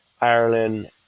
Ireland